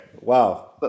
Wow